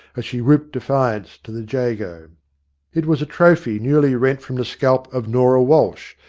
as she whooped defiance to the jago. it was a trophy newly rent from the scalp of norah walsh,